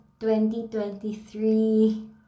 2023